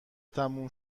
تموم